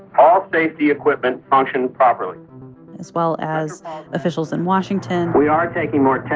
all safety equipment functioned properly as well as officials in washington we are taking more